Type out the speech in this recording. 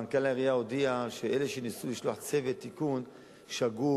מנכ"ל העירייה הודיע שאלה שניסו לשלוח צוות תיקון שגו,